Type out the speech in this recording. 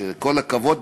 כל הכבוד,